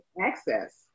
access